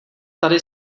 tady